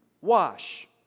Wash